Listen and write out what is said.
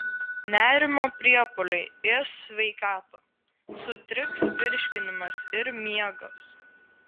nerimo priepuoliai ės sveikatą sutriks virškinimas ir miegas